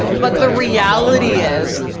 but the reality is,